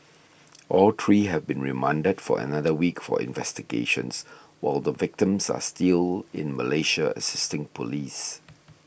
all three have been remanded for another week for investigations while the victims are still in Malaysia assisting police